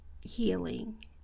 healing